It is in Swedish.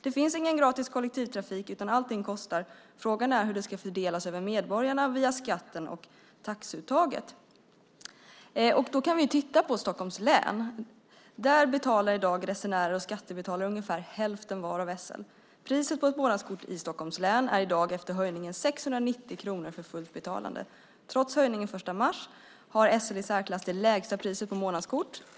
Det finns ingen gratis kollektivtrafik, utan allt kostar. Frågan är hur det ska fördelas över medborgarna via skatten och taxeuttaget. Låt oss titta på Stockholms län. Där betalar i dag resenärer och skattebetalare ungefär hälften var av SL. Priset på ett månadskort i Stockholms län är i dag, efter höjningen, 690 kronor för fullt betalande. Trots höjningen den 1 mars har SL i särklass det lägsta priset på månadskort.